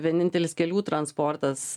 vienintelis kelių transportas